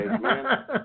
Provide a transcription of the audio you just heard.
man